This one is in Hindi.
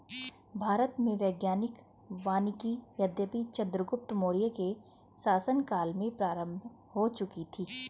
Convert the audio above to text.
भारत में वैज्ञानिक वानिकी यद्यपि चंद्रगुप्त मौर्य के शासन काल में प्रारंभ हो चुकी थी